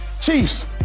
Chiefs